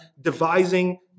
devising